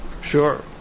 Sure